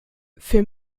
für